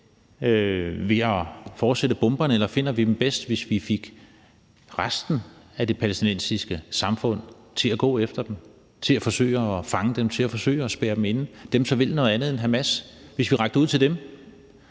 ved at fortsætte med at bombe, eller finder vi dem bedst, hvis vi fik resten af det palæstinensiske samfund til at gå efter dem og forsøge at fange dem og forsøge at spærre dem inde, altså dem, som vil noget andet end Hamas? Hvad hvis vi rakte ud til dem?